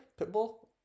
Pitbull